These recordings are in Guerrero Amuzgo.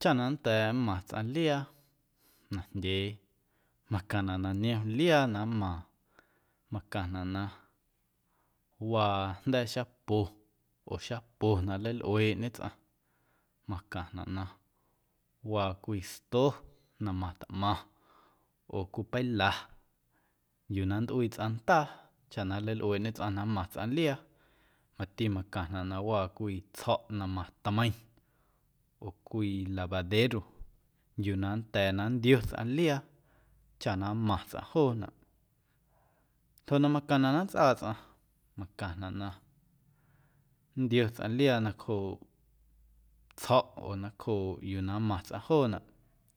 Chaꞌ na nnda̱a̱ na nmaⁿ tsꞌaⁿ liaa najndyee macaⁿnaꞌ na niom liaa na nmaaⁿ, macaⁿnaꞌ na waa jnda̱a̱ xapo oo xapo na nleilꞌueeꞌñe tsꞌaⁿ macaⁿnaꞌ na waa cwii sto na matmaⁿ oo cwii peila yuu na nntꞌuii tsꞌaⁿ ndaa chaꞌ na nleilꞌueeꞌñe tsꞌaⁿ na nmaⁿ tsꞌaⁿ liaa mati macaⁿnaꞌ na waa cwii tsjo̱ꞌ na matꞌmeiⁿ oo cwii lavadero yuu na nnda̱a̱ na nntio tsꞌaⁿ liaa chaꞌ na nmaⁿ tsꞌaⁿ joonaꞌ. Ljoꞌ na macaⁿnaꞌ na nntsꞌaa tsꞌaⁿ macaⁿnaꞌ na nntio tsꞌaⁿ liaa nacjooꞌ tsjo̱ꞌ oo nacjooꞌ yuu na nmaⁿ tsꞌaⁿ joonaꞌ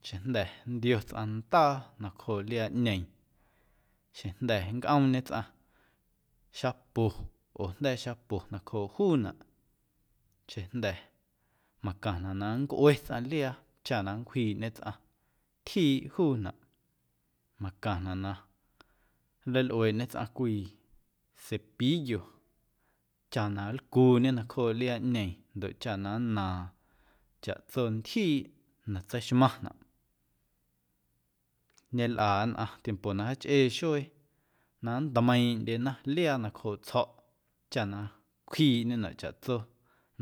xeⁿjnda̱ nntio tsꞌaⁿ ndaa nacjooꞌ liaaꞌñeeⁿ xeⁿjnda̱ nncꞌoomñe tsꞌaⁿ xapo oo jnda̱a̱ xapo nacjooꞌ juunaꞌ xeⁿjnda̱ macaⁿnaꞌ na nncꞌue tsꞌaⁿ liaa chaꞌ na nncwjiiꞌñe tsꞌaⁿ tyjiiꞌ juunaꞌ macaⁿnaꞌ na nleilꞌueeꞌñe tsꞌaⁿ cwii cepillo chaꞌ na nlcuuñe nacjooꞌ liaaꞌñeeⁿ ndoꞌ chaꞌ na nnaaⁿ chaꞌtso ntyjiiꞌ na tseixmaⁿnaꞌ ñelꞌa nnꞌaⁿ tiempo na jaachꞌee xuee na nntmeiiⁿꞌndyena liaa nacjooꞌ tsjo̱ꞌ chaꞌ na cwjiiꞌñenaꞌ chaꞌtso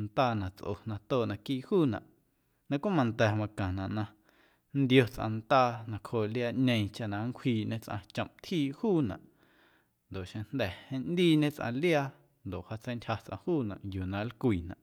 ndaa na tsꞌo na tooꞌ naquiiꞌ juunaꞌ na cweꞌ manda̱ macaⁿnaꞌ na nntio tsꞌaⁿ ndaa nacjooꞌ liaaꞌñeeⁿ chaꞌ na nncwjiiꞌñe tsꞌaⁿ chomꞌ tyjiiꞌ juunaꞌ ndoꞌ xeⁿjnda̱ nꞌndiiñe tsꞌaⁿ liaa ndoꞌ wjaatseintyja tsꞌaⁿ juunaꞌ yuu na nlcwiinaꞌ.